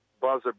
buzzer